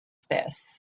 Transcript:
this